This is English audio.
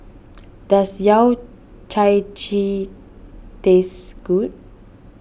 does Yao Cai Ji taste good